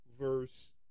verse